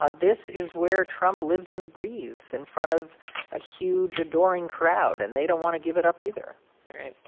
ah this is where trump lives and breathes in front of a huge adoring crowd. and they don't want to give it up either all right.